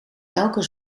elke